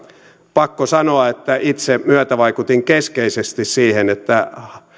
pakko sanoa että itse myötävaikutin keskeisesti siihen että